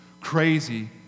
crazy